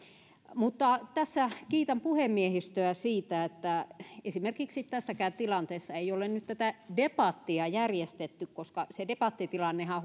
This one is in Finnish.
mutta tässä kiitän puhemiehistöä siitä että esimerkiksi tässäkään tilanteessa ei ole nyt debattia järjestetty koska se debattitilannehan